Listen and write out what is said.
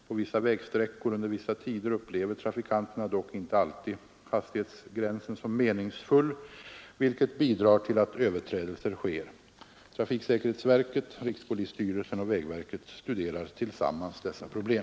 På vissa vägsträckor under vissa tider upplever trafikanterna dock inte alltid hastighetsgränsen som meningsfull, vilket bidrar till att överträdelser sker. Trafiksäkerhetsverket, rikspolisstyrelsen och vägverket studerar tillsammans dessa problem.